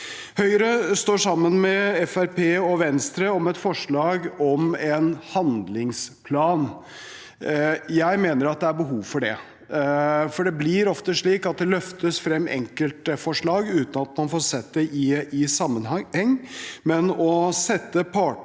Høyre står sammen med Fremskrittspartiet og Venstre om et forslag om en handlingsplan. Jeg mener det er behov for det, for det blir ofte slik at det løftes frem enkeltforslag uten at man får sett dem i sammenheng. Å sette partene